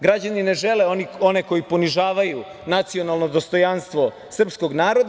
Građani ne žele one koji ponižavaju nacionalno dostojanstvo srpskog naroda.